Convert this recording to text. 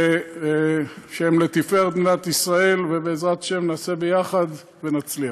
שהם לתפארת מדינת ישראל, ובעזרת השם נעשה ונצליח.